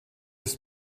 ist